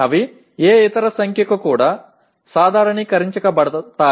అవి ఏ ఇతర సంఖ్యకు కూడా సాధారణీకరించబడతాయి